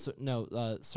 No